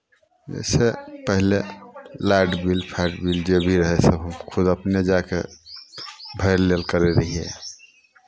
जइसे पहिले लाइ लाइट बिल फाइट बिल जे भी रहै सभ हम खुद अपने जाय कऽ भरि लेल करै रहियै